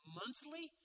monthly